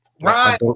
right